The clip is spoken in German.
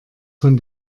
von